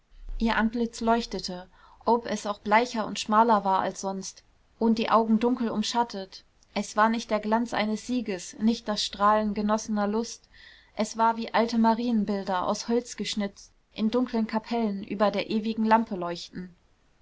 ihr antlitz leuchtete ob es auch bleicher und schmaler war als sonst und die augen dunkel umschattet es war nicht der glanz eines sieges nicht das strahlen genossener lust es war wie alte marienbilder aus holz geschnitzt in dunklen kapellen über der ewigen lampe leuchten